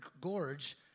gorge